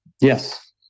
Yes